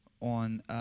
on